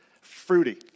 fruity